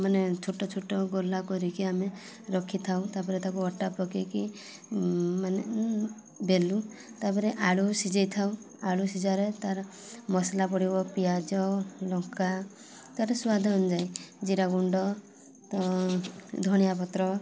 ମାନେ ଛୋଟ ଛୋଟ ଗୋଲା କରିକି ଆମେ ରଖିଥାଉ ତା'ପରେ ତାକୁ ଅଟା ପକାଇକି ମାନେ ବେଲୁ ତା'ପରେ ଆଳୁ ସିଝାଇଥାଉ ଆଳୁ ସିଝାରେ ତାର ମସଲା ପଡ଼ିବ ପିଆଜ ଲଙ୍କା ତାର ସ୍ୱାଦ ଅନୁଯାୟୀ ଜିରା ଗୁଣ୍ଡ ତ ଧଣିଆ ପତ୍ର